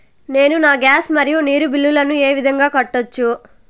నేను నా గ్యాస్, మరియు నీరు బిల్లులను ఏ విధంగా కట్టొచ్చు?